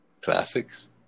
Classics